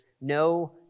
no